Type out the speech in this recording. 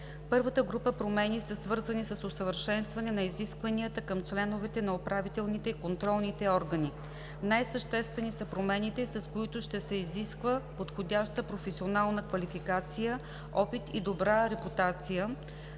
Първата група промени са свързани с усъвършенстване на изискванията към членовете на управителните и контролните органи. Най-съществени са промените, с които ще се изисква подходяща професионална квалификация, опит и добра репутация,